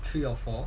three or four